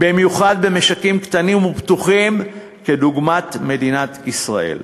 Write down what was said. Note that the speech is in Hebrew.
במיוחד במשקים קטנים ופתוחים כדוגמת מדינת ישראל.